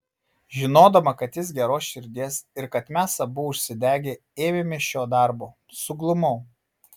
žinodama kad jis geros širdies ir kad mes abu užsidegę ėmėmės šio darbo suglumau